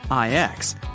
IX